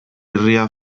herria